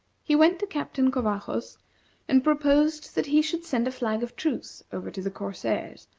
he went to captain covajos and proposed that he should send a flag of truce over to the corsairs,